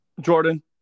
Jordan